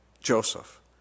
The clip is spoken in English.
Joseph